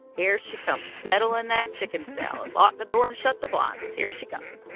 here she comes. pedaling that chicken salad. lock the door and shut the blinds. here she comes.